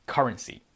Currency